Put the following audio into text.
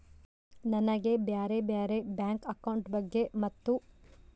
ನನಗೆ ಬ್ಯಾರೆ ಬ್ಯಾರೆ ಬ್ಯಾಂಕ್ ಅಕೌಂಟ್ ಬಗ್ಗೆ ಮತ್ತು?